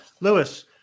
Lewis